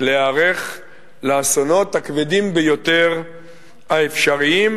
להיערך לאסונות הכבדים ביותר האפשריים,